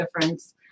difference